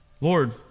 Lord